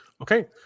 Okay